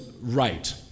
right